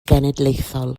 genedlaethol